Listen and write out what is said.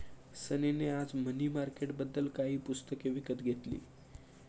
सनी ने आज मनी मार्केटबद्दल काही पुस्तके विकत घेतली